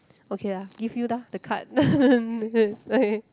okay lah give you lah the card okay